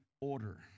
order